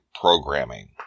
programming